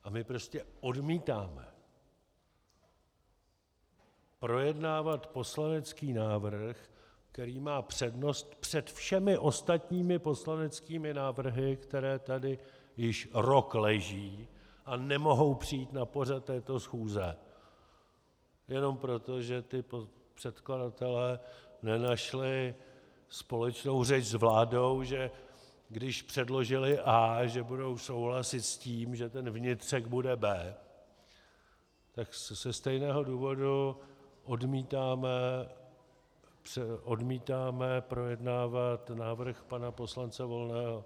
A my prostě odmítáme projednávat poslanecký návrh, který má přednost před všemi ostatními poslaneckými návrhy, které tady již rok leží a nemohou přijít na pořad této schůze jenom proto, že předkladatelé nenašli společnou řeč s vládou, že když předložili A, že budou souhlasit s tím, že ten vnitřek bude B. Ze stejného důvodu odmítáme projednávat návrh pana poslance Volného.